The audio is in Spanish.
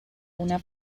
una